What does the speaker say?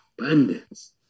abundance